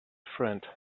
friend